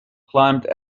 climbed